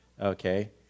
okay